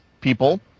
people